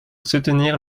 soutenir